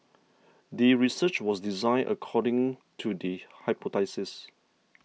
the research was designed according to the hypothesis